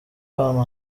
ahantu